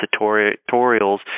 tutorials